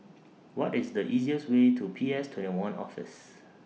What IS The easiest Way to P S twenty one Office